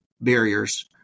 barriers